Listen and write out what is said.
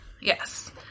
Yes